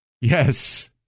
Yes